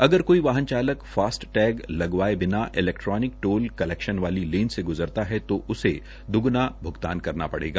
अगर कोइ वाहन चालक फास्टैग लगवाये बिना इलैक्ट्रोनिक टोल कलैक्शन वाली लेन से गुजरता है वो उसे दोगुणा भुगतान करना पड़ेगा